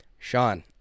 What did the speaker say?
Sean